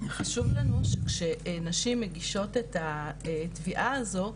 חשוב לנו שכשנשים מגישות את התביעה הזו,